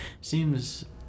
seems